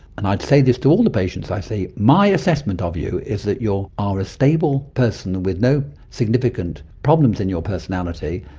and i'd say this to all the patients, i'd say, my assessment of you is that you are stable person with no significant problems in your personality.